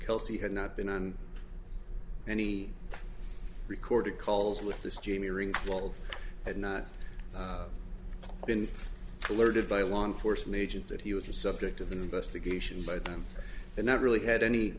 kelsey had not been on any recorded calls with this jamie ringgold had not been alerted by a law enforcement agent that he was the subject of the investigations by them and not really had any